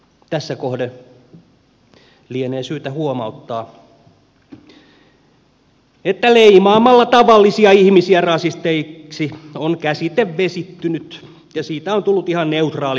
tässä kohden lienee syytä huomauttaa että leimaamalla tavallisia ihmisiä rasisteiksi on käsite vesittynyt ja siitä on tullut ihan neutraali sana